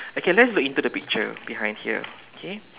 okay let's look into the picture behind here okay